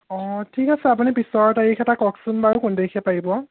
অঁ ঠিক আছে আপুনি পিছৰ তাৰিখ এটা কওকচোন বাৰু কোন তাৰিখে পাৰিব